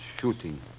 shooting